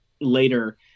Later